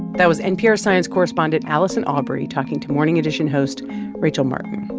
that was npr science correspondent allison aubrey talking to morning edition host rachel martin.